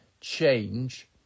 change